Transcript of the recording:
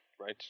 right